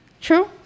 True